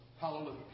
Hallelujah